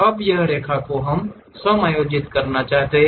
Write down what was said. अब यह रेखा को हम समायोजित करना चाहते हैं